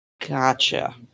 Gotcha